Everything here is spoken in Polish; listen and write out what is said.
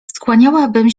skłaniałabym